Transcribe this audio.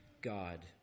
God